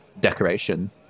Decoration